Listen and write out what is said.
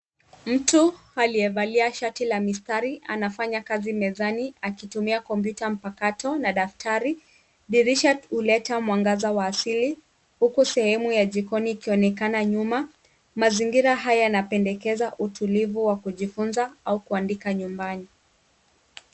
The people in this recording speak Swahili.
Mtu aliyevalia shati la mistari anafanya kazi mezani akitumia kompyuta mpakato na daftari. Dirisha huleta mwangaza wa asili huku sehemu ya jikoni ikionekana nyuma. Mazingira haya yanapendekeza utulivu wa kujifunza au kuandika nyumbani.